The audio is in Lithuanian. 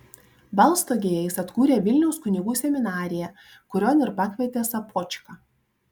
balstogėje jis atkūrė vilniaus kunigų seminariją kurion ir pakvietė sopočką